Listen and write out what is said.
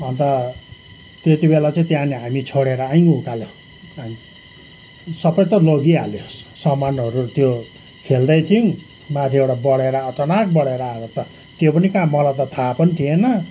अन्त त्यती बेला चाहिँ त्यहाँनिर हामी छोडेर आयौँ उकालो अनि सबै त लगिहाल्यो सामानहरू त्यो खेल्दै थियौँ माथिबाट बढेर अचानक बढेर आएर त त्यो पनि कहाँ मलाई त थाह पनि थिएन